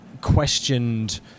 questioned